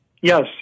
Yes